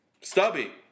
Stubby